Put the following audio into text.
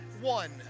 one